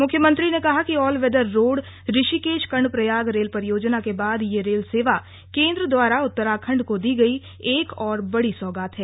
मुख्यमंत्री ने कहा कि all weather road Rishikesh Karnaprayag rail परियोजना के बाद यह रेल सेवा केंद्र द्वारा उत्तराखण्ड को दी गई एक और बड़ी सौगात है